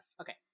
Okay